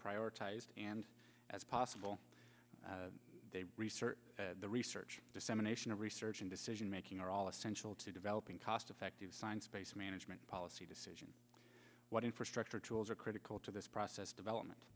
prioritized and as possible research the research dissemination of research and decision making are all essential to developing cost effective science based management policy decision what infrastructure tools are critical to this process development